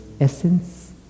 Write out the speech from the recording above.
essence